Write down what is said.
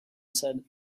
said